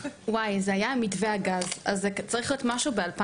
זה היה על מתווה הגז, אז זה צריך להיות ב-2016,